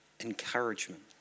encouragement